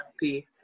happy